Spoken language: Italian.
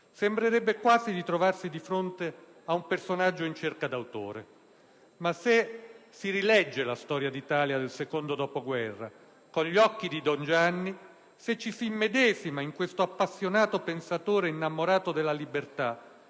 sembrerebbe quasi di trovarsi di fronte ad un personaggio in cerca d'autore. Ma se si rilegge la storia d'Italia del secondo dopoguerra con gli occhi di don Gianni, se ci si immedesima in questo appassionato pensatore innamorato della libertà,